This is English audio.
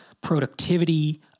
productivity